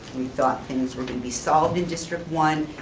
thought things were gonna be solved in district one,